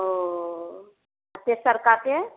वह आ तेसरका के